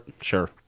sure